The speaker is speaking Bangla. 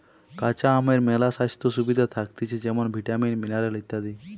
কাঁচা আমের মেলা স্বাস্থ্য সুবিধা থাকতিছে যেমন ভিটামিন, মিনারেল ইত্যাদি